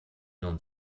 nun